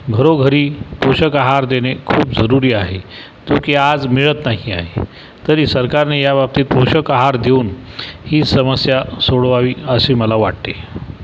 घरोघरी पोषक आहार देणे खूप जरूरी आहे तो की आज मिळत नाही आहे तरी सरकारने याबाबतीत पोषक आहार देऊन ही समस्या सोडवावी असे मला वाटते